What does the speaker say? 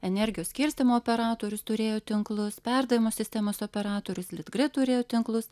energijos skirstymo operatorius turėjo tinklus perdavimo sistemos operatorius litgrid turėjo tinklus